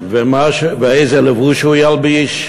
ואיזה לבוש הוא ילבש,